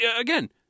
again